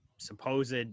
Supposed